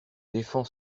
défend